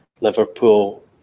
Liverpool